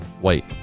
Wait